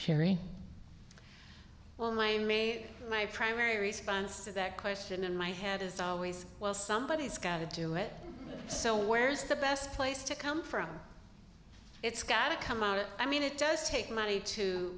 election well my my primary response to that question in my head is always well somebody has got to do it so where's the best place to come from it's got to come out i mean it does take money to